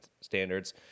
standards